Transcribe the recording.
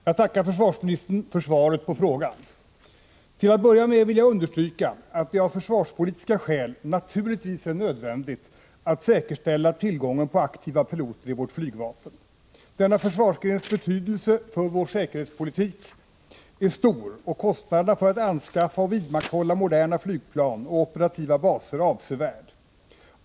Herr talman! Jag tackar försvarsministern för svaret på frågan. Till att börja med vill jag understryka att det av försvarspolitiska skäl naturligtvis är nödvändigt att säkerställa tillgången på aktiva piloter i vårt flygvapen. Denna försvarsgrens betydelse för vår säkerhetspolitik är stor, och kostnaderna för att anskaffa och vidmakthålla moderna flygplan och operativa baser är avsevärda.